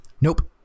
Nope